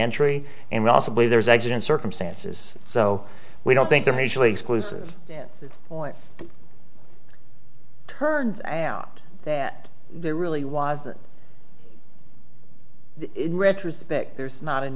agent circumstances so we don't think they're mutually exclusive point turns out that there really wasn't retrospect there's not an